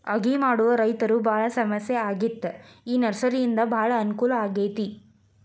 ಅಗಿ ಮಾಡುದ ರೈತರು ಬಾಳ ಸಮಸ್ಯೆ ಆಗಿತ್ತ ಈ ನರ್ಸರಿಯಿಂದ ಬಾಳ ಅನಕೂಲ ಆಗೈತಿ